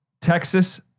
Texas